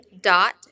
dot